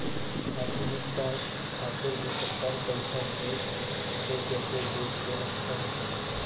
आधुनिक शस्त्र खातिर भी सरकार पईसा देत हवे जेसे देश के रक्षा हो सके